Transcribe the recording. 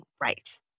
right